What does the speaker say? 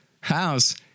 House